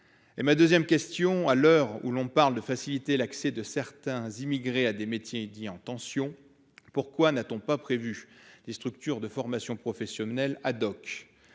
Blanquer en 2019 ? À l'heure où l'on parle de faciliter l'accès de certains immigrés à des métiers dits en tension, pourquoi n'a-t-on pas prévu des structures de formation professionnelle ? Nous